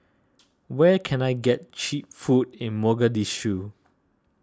where can I get Cheap Food in Mogadishu